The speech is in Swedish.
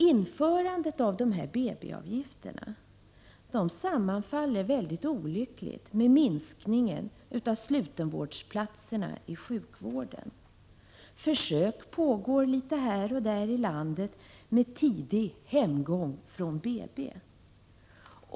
Införandet av BB-avgifter sammanfaller på ett mycket olyckligt sätt med minskningen av slutenvårdsplatserna inom sjukvården. Försök pågår litet här och där i landet med tidig hemgång från BB.